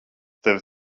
tevi